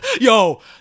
Yo